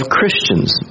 Christians